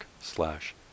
slash